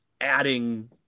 adding